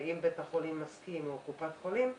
אם בית החולים מסכים או קופת החולים מסכימה,